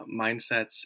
mindsets